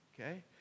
Okay